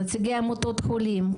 נציגי עמותות חולים,